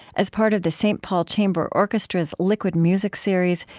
as part of the saint paul chamber orchestra's liquid music series,